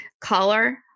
color